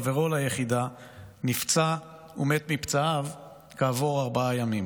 וחברו ליחידה נפצע ומת מפצעיו כעבור ארבעה ימים,